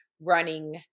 running